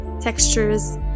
textures